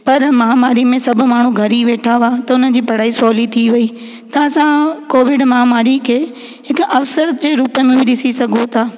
पर महामारी में सभु माण्हू घरु ई वेठा हुआ त उन्हनि जी पढ़ाई सवली थी वई त असां कोविड महामारी खे व हिकु अवसर जे रूप में ॾिसी सघूं था